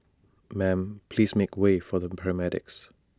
ma'am please make way for the paramedics